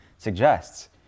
suggests